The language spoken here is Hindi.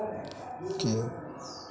कि